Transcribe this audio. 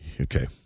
Okay